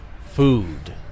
Food